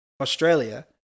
Australia